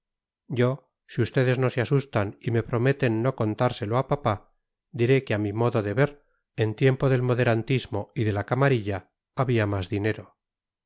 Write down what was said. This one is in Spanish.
yo si ustedes no se asustan y me prometen no contárselo a papá diré que a mi modo de ver en tiempo del moderantismo y de la camarilla había más dinero